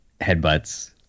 headbutts